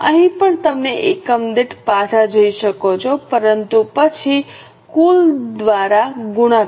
અહીં પણ તમે એકમ દીઠ પાછા જઈ શકો છો પરંતુ પછી કુલ દ્વારા ગુણાકાર